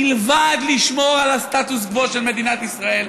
מלבד לשמור על הסטטוס קוו במדינת ישראל,